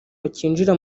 bakinjira